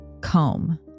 comb